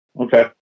Okay